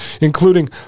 including